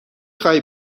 خواهی